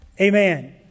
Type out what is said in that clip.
amen